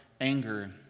anger